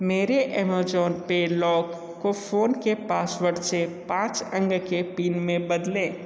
मेरे एमेजॉन पे लॉक को फोन के पासवर्ड से पाँच अंक के पिन में बदलें